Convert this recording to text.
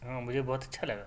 ہاں مجھے بہت اچھا لگا